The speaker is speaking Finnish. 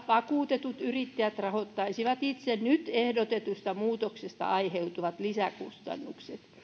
vakuutetut yrittäjät rahoittaisivat itse nyt ehdotetusta muutoksesta aiheutuvat lisäkustannukset